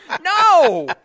No